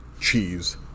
cheese